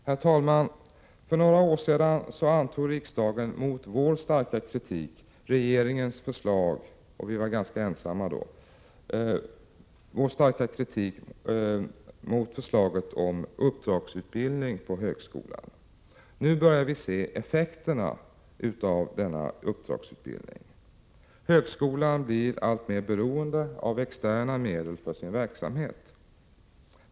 Herr talman! För några år sedan antog riksdagen mot vår starka kritik regeringens förslag om uppdragsutbildning på högskolan. Vi var ganska ensamma då. Nu börjar vi se effekterna. Högskolan blir alltmer beroende av externa medel för sin verksamhet.